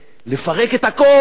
לפרק את הכול,